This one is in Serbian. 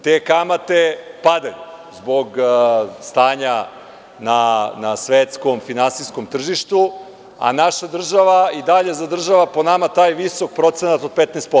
Te kamate padaju zbog stanja na svetskom finansijskom tržištu, a naša država i dalje zadržava po nama taj visok procenat od 15%